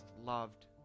loved